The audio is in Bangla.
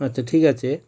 আচ্ছা ঠিক আছে